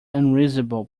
unreasonable